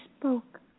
spoke